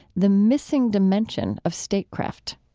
the missing dimension of statecraft